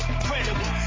incredible